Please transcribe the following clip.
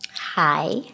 hi